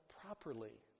properly